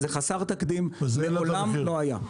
זה חסר תקדים ומעולם לא היה.